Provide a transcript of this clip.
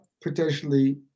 potentially